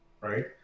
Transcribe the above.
right